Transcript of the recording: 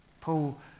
Paul